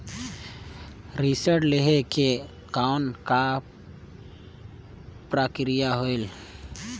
ऋण लहे के कौन का प्रक्रिया होयल?